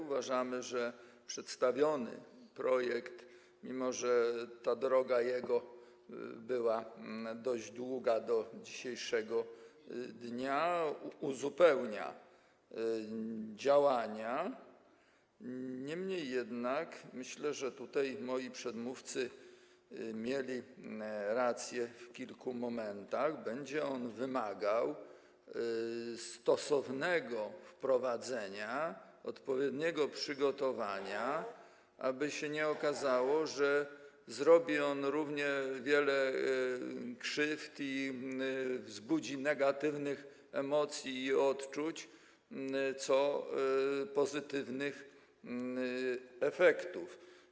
Uważamy, że przedstawiony projekt, mimo że ta jego droga była dość długa do dzisiejszego dnia, uzupełnia działania, niemniej jednak myślę, że tutaj moi przedmówcy mieli rację w kilku momentach, bo będzie on wymagał stosownego wprowadzenia, odpowiedniego przygotowania, aby nie okazało się, że zrobi on również wiele krzywd i wzbudzi tyle negatywnych emocji i odczuć, co pozytywnych efektów.